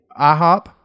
IHOP